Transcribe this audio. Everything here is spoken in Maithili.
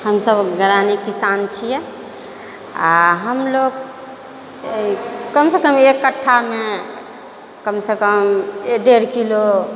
हम सभ ग्रामीण किसान छियै आओर हम लोग कमसँ कम एक कठ्ठामे कमसँ कम एक डेढ़ किलो